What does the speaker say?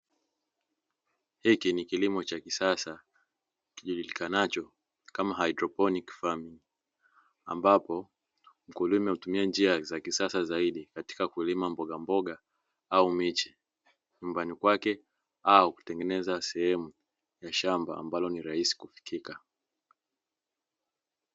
Hiki ni kilimo cha kisasa kijulikanacho kama ''hydroponic farming'' ambapo, mkulima hutumia njia za kisasa zaidi katika kulima mbogamboga au miche nyumbani kwake au kutengeneza sehemu ya shamba ambalo ni rahisi kufikika.